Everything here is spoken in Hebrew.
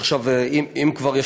שאם כבר,